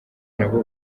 nabo